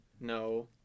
No